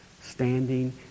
standing